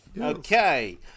Okay